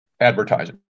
advertising